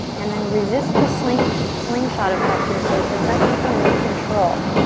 and then resist the slingshot slingshot effect here so as best you can, with control,